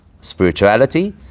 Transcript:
spirituality